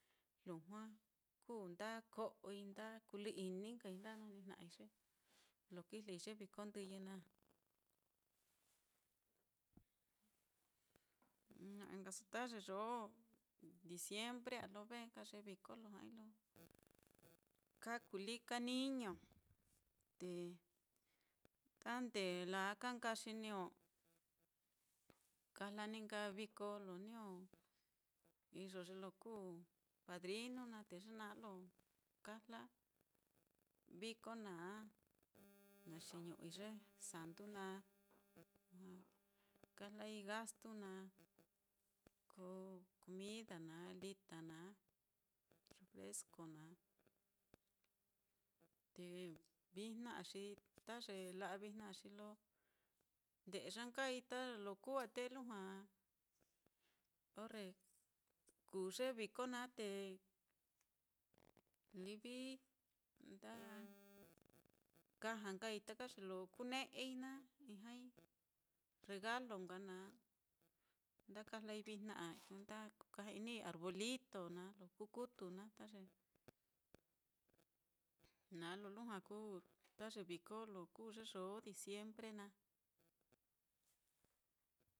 Lujua kuu nda ko'oi nda kulɨ-ini nkai nda nanijna'ai ye lo kijlei ye viko ndɨyɨ naá. Na'a nkaso ta ye yoo diciembre á, lo ve nka ye viko lo ja'ai lo kakulika niño, te ta nde laa ka nka xi niño kajla ni nka viko lo niño iyo ye lo kuu padrinu naá, te ye naá lo kajla viko naá, naxiñu'ui ye santu naá, kajlai gastu naá, ko comida naá lita naá, refresco naá, te vijna á xi ta ye la'a vijna á nde'ya nkai ta ye lo kuu á, te lujua orre kuu ye viko naá te livi nda kaja nkai taka ye lo kune'ei naá, ijñai regalo nka naá, nda kajlai vijna á, lo nda kukaja-inii arbolito naá, lo kuu kutu naá, ta ye naá lo lujua kuu ta ye viko lo kuu ye yoo diciembre naá.